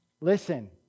Listen